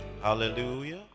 Hallelujah